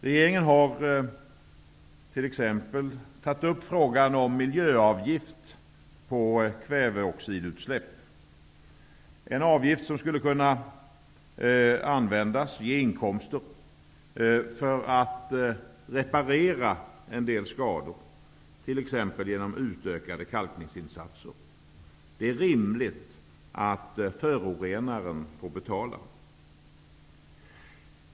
Regeringen har t.ex. tagit upp frågan om en miljöavgift på kväveoxidutsläpp, en avgift som skulle kunna ge inkomster. Det är pengar som kunde användas till att reparera en del skador, t.ex. genom utökade kalkningsinsatser. Det är rimligt att förorenaren får betala.